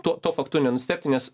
tuo tuo faktu nenustebti nes